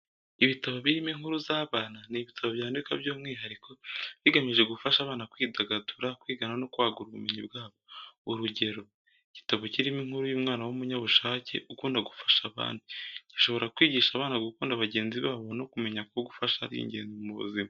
Ibitabo birimo inkuru z'abana ni ibitabo byandikwa by'umwihariko, bigamije gufasha abana kwidagadura, kwiga no kwagura ubumenyi bwabo. Urugero, igitabo kirimo inkuru y'umwana w'umunyabushake ukunda gufasha abandi, gishobora kwigisha abana gukunda bagenzi babo no kumenya ko gufashanya ari ingenzi mu buzima.